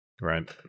Right